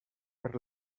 per